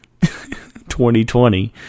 2020